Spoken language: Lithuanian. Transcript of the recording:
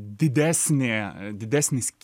didesnė didesnis